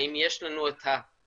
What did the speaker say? האם יש לנו את הכלים?